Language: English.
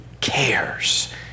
cares